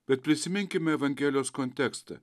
bet prisiminkime evangelijos kontekstą